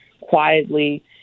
quietly